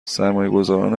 سرمایهگذاران